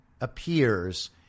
appears